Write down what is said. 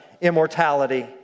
immortality